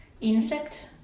insect